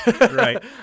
Right